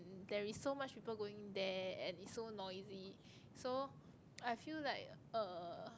~n there is so much people going there and is so noisy so I feel like uh